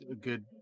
good